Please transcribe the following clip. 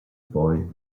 boy